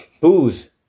Booze